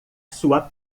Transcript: sua